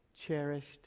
cherished